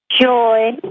joy